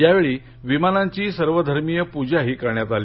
यावेळी विमानांची सर्व धार्मिय पूजाही करण्यात आली